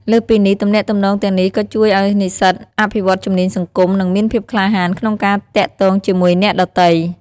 លើសពីនេះ ទំនាក់ទំនងទាំងនេះក៏ជួយឱ្យនិស្សិតអភិវឌ្ឍជំនាញសង្គម និងមានភាពក្លាហានក្នុងការទាក់ទងជាមួយអ្នកដទៃ។